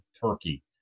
turkey